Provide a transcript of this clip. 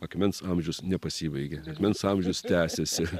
akmens amžius nepasibaigė akmens amžius tęsiasi